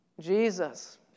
Jesus